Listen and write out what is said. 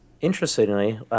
Interestingly